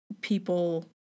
people